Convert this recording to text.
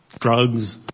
Drugs